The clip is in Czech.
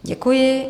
Děkuji.